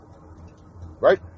Right